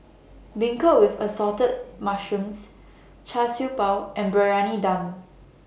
Beancurd with Assorted Mushrooms Char Siew Bao and Briyani Dum